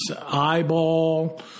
eyeball